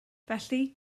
felly